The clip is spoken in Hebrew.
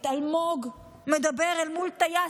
את אלמוג מדבר אל מול טייס.